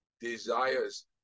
desires